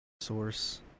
source